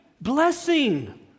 blessing